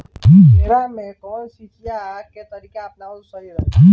केला में कवन सिचीया के तरिका अपनावल सही रही?